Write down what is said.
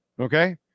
Okay